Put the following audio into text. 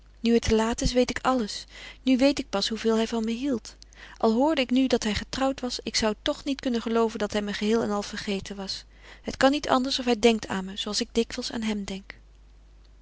nu het te laat is weet ik alles nu weet ik pas hoeveel hij van me hield al hoorde ik nu dat hij getrouwd was ik zou toch niet kunnen gelooven dat hij me geheel en al vergeten was het kan niet anders of hij denkt aan me zooals ik dikwijls aan hem denk